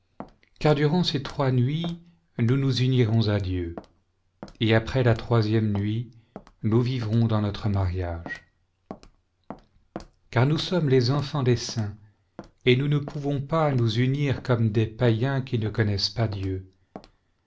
car durant ces trois nuits nous nous unirons à dieu et après la troisième nuit nous vivrons dans notre mariage car nous sommes les enfants des saints et nous ne pouvons pas nous unir comme des païens qui ne connaissent pas dieu